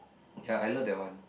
okay I love that one